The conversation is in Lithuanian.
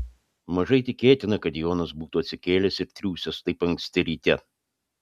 mažai tikėtina kad jonas būtų atsikėlęs ir triūsęs taip anksti ryte